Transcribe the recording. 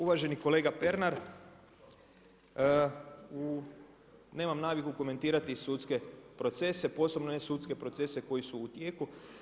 Uvaženi kolega Pernar, nemam naviku komentirati sudske procese, posebno ne sudske procese koji su u tijeku.